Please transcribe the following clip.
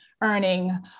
earning